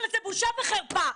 אבל זאת בושה וחרפה.